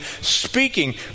speaking